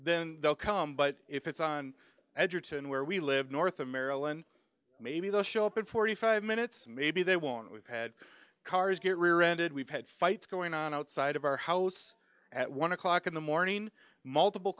then they'll come but if it's on edgerton where we live north of maryland maybe they'll show up in forty five minutes maybe they won't we've had cars get rear ended we've had fights going on outside of our house at one o'clock in the morning multiple